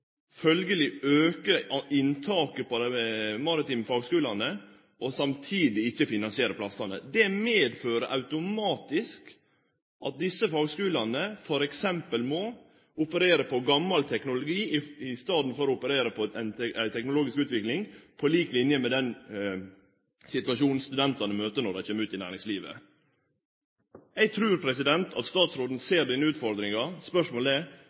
inntaket på dei maritime fagskulane, samtidig som ein ikkje finansierer plassane? Det medfører automatisk at desse fagskulane t.d. må operere med gamal teknologi i staden for ei teknologisk utvikling på lik line med det som studentane møter når dei kjem ut i næringslivet. Eg trur at statsråden ser denne utfordringa. Spørsmålet er: